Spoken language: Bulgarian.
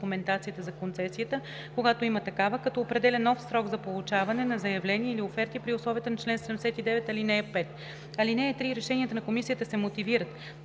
документацията за концесията, когато има такива, като определя нов срок за получаване на заявления или оферти при условията на чл. 79, ал. 5. (3) Решенията на комисията се мотивират.